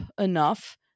enough